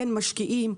אין משקיעים,